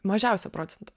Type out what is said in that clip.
mažiausią procentą